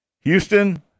Houston